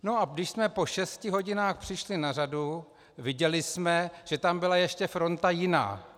No a když jsme po šesti hodinách přišli na řadu, viděli jsme, že tam byla ještě fronta jiná.